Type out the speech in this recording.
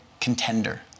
contender